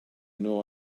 know